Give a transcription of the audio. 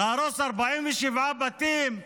להרוס 47 בתים?